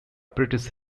british